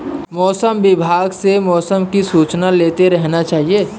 मौसम विभाग से मौसम की सूचना लेते रहना चाहिये?